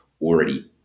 already